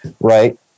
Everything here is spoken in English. right